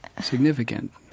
significant